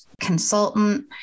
consultant